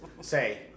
say